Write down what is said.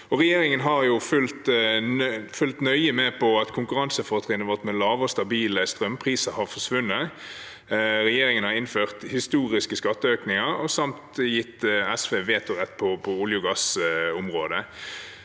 Regjeringen har fulgt nøye med på at konkurransefortrinnet vårt med lave og stabile strømpriser har forsvunnet. Regjeringen har innført historiske skatteøkninger og gitt SV vetorett på olje- og gassområdet.